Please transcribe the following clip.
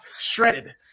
Shredded